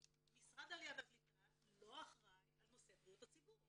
משרד העלייה והקליטה לא אחראי על נושא בריאות הציבור,